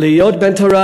להיות בן-תורה,